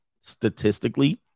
Statistically